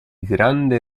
grande